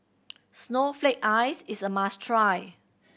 snowflake ice is a must try